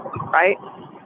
right